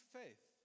faith